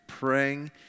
praying